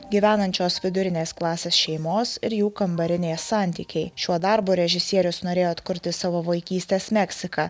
gyvenančios vidurinės klasės šeimos ir jų kambarinės santykiai šiuo darbu režisierius norėjo atkurti savo vaikystės meksiką